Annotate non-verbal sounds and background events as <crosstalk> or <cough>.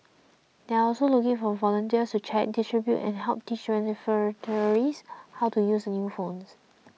they're also looking for volunteers to check distribute and help teach <unintelligible> how to use the new phones